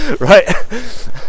right